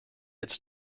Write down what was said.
its